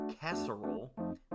casserole